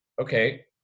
okay